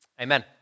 Amen